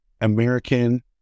American